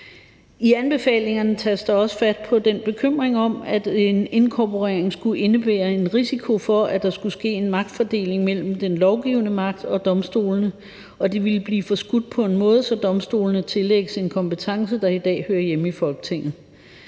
I anbefalingen tages der også fat på den bekymring om, at en inkorporering skulle indebære en risiko for, at der skulle ske en magtfordeling mellem den lovgivende magt og domstolene, og at det ville blive forskudt på en måde, så domstolene tillægges en kompetence, der i dag hører hjemme i Folketinget.